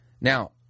Now